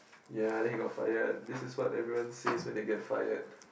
ya then he got fired this is what everyone says when they get fired